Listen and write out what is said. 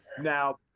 now